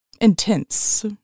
intense